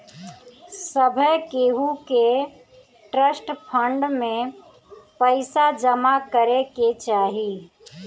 सभे केहू के ट्रस्ट फंड में पईसा जमा करे के चाही